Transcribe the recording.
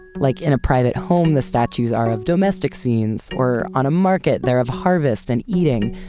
like in a private home the statues are of domestic scenes, or on a market they're of harvest and eating.